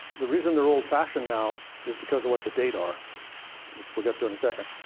the reason they're old-fashioned now is because of what the data which we'll get to in a second.